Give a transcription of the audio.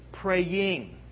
praying